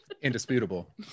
Indisputable